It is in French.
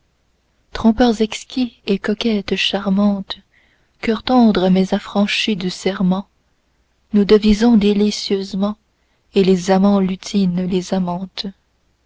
trompeurs exquis et coquettes charmantes coeurs tendres mais affranchis du serment nous devisons délicieusement et les amants lutinent les amantes